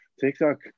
TikTok